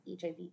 HIV